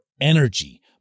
energy